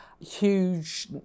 huge